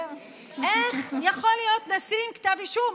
איך יכול להיות נשיא עם כתב אישום?